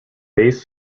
base